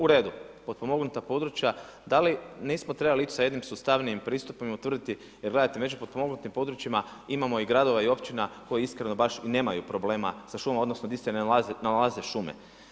U redu, potpomognuta područja da li nismo trebali ići sa jednim sustavnijim pristupom i utvrditi, jer gledajte među potpomognutim područjima imamo i gradova i općina koji iskreno baš i nemaju problema sa šumama, odnosno gdje se ne nalaze šume.